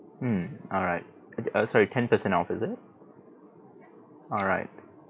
mm alright uh uh sorry ten percent off is it alright